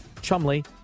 Chumley